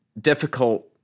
difficult